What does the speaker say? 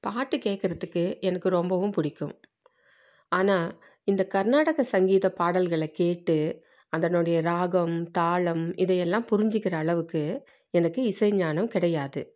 பாட்டு கேட்கறதுக்கு எனக்கு ரொம்பவும் பிடிக்கும் ஆனால் இந்த கர்நாடக சங்கீத பாடல்களை கேட்டு அதனுடைய ராகம் தாளம் இதை எல்லாம் புரிஞ்சுக்கிற அளவுக்கு எனக்கு இசை ஞானம் கிடையாது